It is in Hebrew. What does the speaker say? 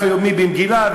בדף היומי במגילה,